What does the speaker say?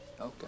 Okay